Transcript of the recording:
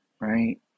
right